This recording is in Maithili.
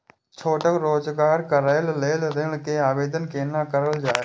छोटका रोजगार करैक लेल ऋण के आवेदन केना करल जाय?